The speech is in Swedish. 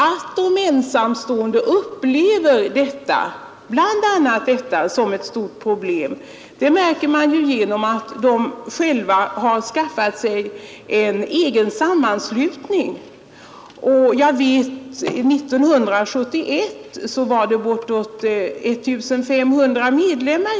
Att de ensamstående upplever bl.a. detta som ett stort problem märker man genom att de har skaffat sig en egen intresseförening. År 1971 hade denna sammanslutning bortåt I 500 medlemmar.